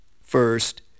First